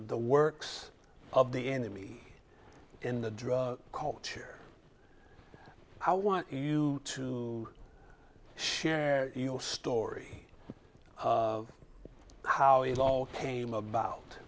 the works of the enemy in the drug culture i want you to share your story of how it all came about